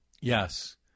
Yes